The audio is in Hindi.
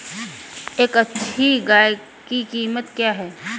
एक अच्छी गाय की कीमत क्या है?